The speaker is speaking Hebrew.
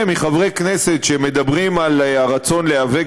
מצפה לשמוע מחברי כנסת שמדברים על הרצון להיאבק